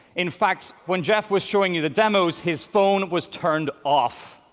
in fact, when jeff was showing you the demos, his phone was turned off!